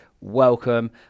welcome